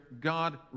God